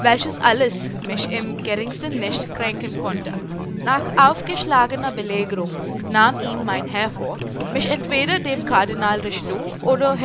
welches alles mich im geringsten nicht kränken konnte nach aufgeschlagner belägerung nahm ihm mein herr vor mich entweder dem kardinal richelieu oder